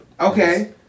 Okay